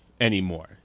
anymore